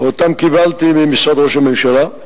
שקיבלתי ממשרד ראש הממשלה.